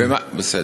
בסדר.